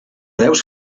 preus